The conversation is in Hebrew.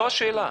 זו השאלה.